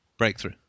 breakthrough